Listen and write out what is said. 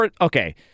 Okay